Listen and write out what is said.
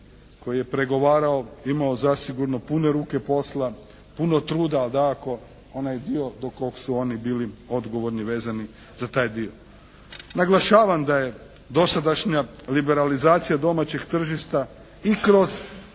koji je pregovarao imao zasigurno pune ruke posla, puno truda dakako onaj dio do kog su oni bili odgovorni i vezani za taj dio. Naglašavam da je dosadašnja liberalizacija domaćeg tržišta i kroz